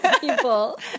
people